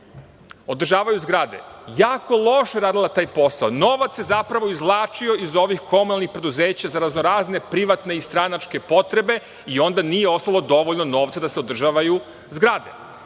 održavaju zgrade, jako loše radila taj posao. Novac se zapravo izvlačio iz ovih komunalnih preduzeća za raznorazne privatne i stranačke potrebe i onda nije ostalo dovoljno novca da se održavaju zgrade.